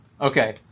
Okay